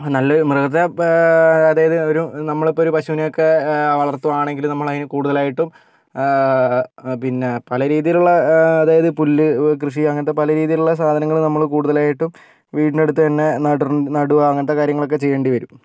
നല്ലൊരു മൃഗത്തെ അതായത് ഒരു നമ്മൾ ഇപ്പൊരു പശുവിനെ ഒക്കെ വളർത്തുകയാണെങ്കിൽ നമ്മൾ അതിനെ കൂടുതലായിട്ടും പിന്നെ പലരീതിയിലുള്ള അതായത് പുല്ല് കൃഷി അങ്ങനത്തെ പല രീതിയിലുള്ള സാധനങ്ങൾ നമ്മൾ കൂടുതലായിട്ടും വീട്ടിനടുത്ത് തന്നെ നടു നടുവ അങ്ങനത്തെ കാര്യങ്ങളൊക്കെ ചെയ്യേണ്ടിവരും